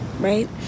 right